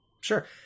Sure